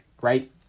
Right